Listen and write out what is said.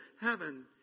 heaven